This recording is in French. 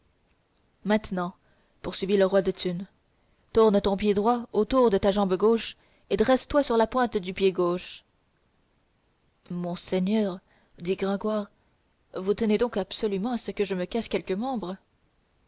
maintenant poursuivit le roi de thunes tourne ton pied droit autour de ta jambe gauche et dresse toi sur la pointe du pied gauche monseigneur dit gringoire vous tenez donc absolument à ce que je me casse quelque membre